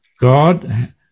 God